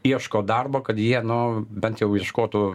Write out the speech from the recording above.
ieško darbo kad jie nu bent jau ieškotų